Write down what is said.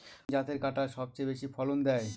কোন জাতের কাঁঠাল সবচেয়ে বেশি ফলন দেয়?